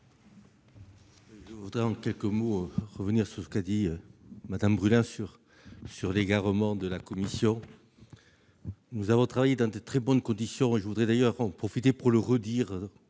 Je voudrais en quelques mots revenir sur ce qu'a dit Mme Brulin sur l'égarement de la commission. Nous avons travaillé dans de très bonnes conditions. J'en profite pour saluer